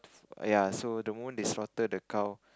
ya so the moment they slaughter the cow